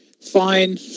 fine